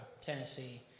Tennessee